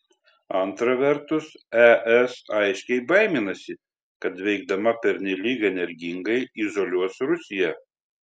antra vertus es aiškiai baiminasi kad veikdama pernelyg energingai izoliuos rusiją